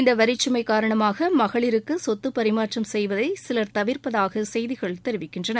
இந்த வரிச்சுமை காரணமாக மகளிருக்கு சொத்து பரிமாற்றம் செய்வதை சிலர் தவிர்ப்பதாக செய்திகள் தெரிவிக்கின்றன